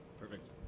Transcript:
Perfect